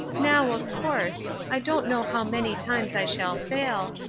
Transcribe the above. now, of course, i don't know how many times i shall fail,